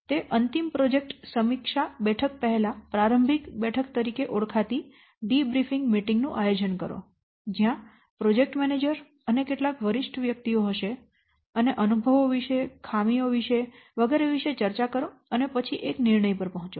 તો અંતિમ પ્રોજેક્ટ સમીક્ષા બેઠક પહેલા પ્રારંભિક બેઠક તરીકે ઓળખાતી ડિબ્રીફિંગ મીટિંગ નું આયોજન કરો જ્યાં પ્રોજેક્ટ મેનેજર અને કેટલાક વરિષ્ઠ વ્યક્તિઓ હશે અને અનુભવો વિશે ખામીઓ વિશે વગેરે વિશે ચર્ચા કરો અને પછી એક નિર્ણય પર પહોચો